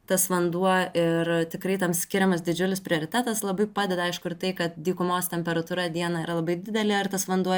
tas vanduo ir tikrai tam skiriamas didžiulis prioritetas labai padeda aišku ir tai kad dykumos temperatūra dieną yra labai didelė ir tas vanduo